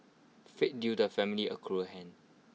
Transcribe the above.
fate dealt the family A cruel hand